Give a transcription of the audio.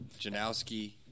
Janowski